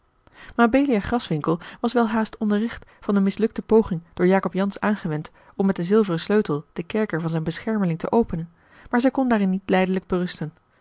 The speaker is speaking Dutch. mabelia graswinckel was welhaast onderricht van de mislukte poging door jacob jansz aangewend om met den zilveren sleutel den kerker van zijn beschermeling te openen maar zij kon daarin niet lijdelijk berusten